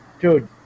Dude